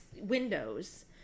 windows